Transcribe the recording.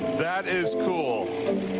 that is cool.